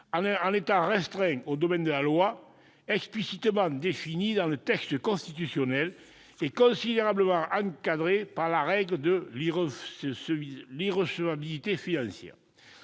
en étant restreint au domaine de la loi, explicitement défini dans le texte constitutionnel, et considérablement encadré par la règle de l'irrecevabilité financière.